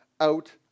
out